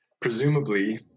Presumably